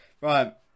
Right